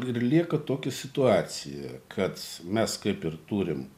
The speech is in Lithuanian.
ir lieka tokia situacija kad mes kaip ir turim